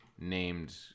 Named